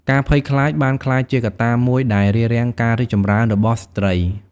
ការភ័យខ្លាចបានក្លាយជាកត្តាមួយដែលរារាំងការរីកចម្រើនរបស់ស្ត្រី។